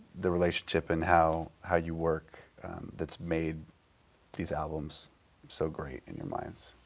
the relationship and how how you work that's made these albums so great in your minds?